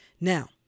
Now